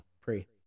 pre